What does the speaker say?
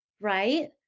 right